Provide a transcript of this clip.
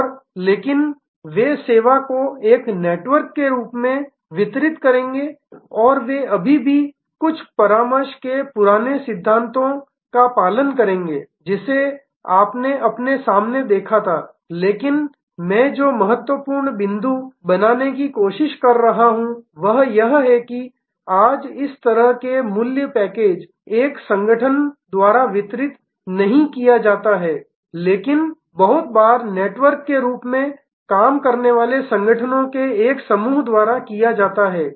और लेकिन वे सेवा को एक नेटवर्क के रूप में वितरित करेंगे और वे अभी भी अच्छे परामर्श के पुराने सिद्धांतों का पालन करेंगे जिसे आपने अपने सामने देखा था लेकिन मैं जो महत्वपूर्ण बिंदु बनाने की कोशिश कर रहा हूं वह यह है कि आज इस तरह के मूल्य पैकेज एक संगठन द्वारा वितरित नहीं किया जाता है लेकिन बहुत बार नेटवर्क के रूप में काम करने वाले संगठनों के एक समूह द्वारा किया जाता है